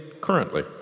currently